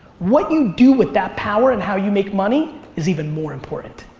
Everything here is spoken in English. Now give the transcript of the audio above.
what you do with that power and how you make money is even more important.